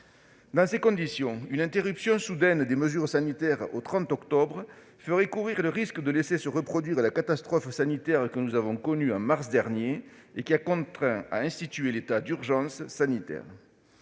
Dans ces conditions, une interruption soudaine des mesures sanitaires au 30 octobre ferait courir le risque de laisser se reproduire la catastrophe sanitaire que nous avons connue en mars dernier et qui a contraint à instituer l'état d'urgence sanitaire.